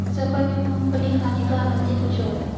सफर में मूंगफली खाने का आनंद ही कुछ और है